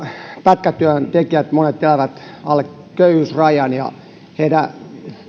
pätkätyöntekijöistä monet elävät alle köyhyysrajan heidän